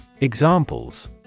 Examples